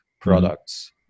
products